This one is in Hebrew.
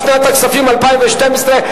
לשנת הכספים 2012,